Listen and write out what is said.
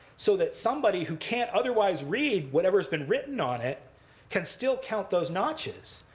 so that somebody who can't otherwise read whatever's been written on it can still count those notches.